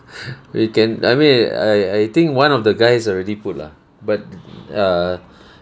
we can I mean I I think one of the guys already put lah but err